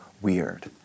weird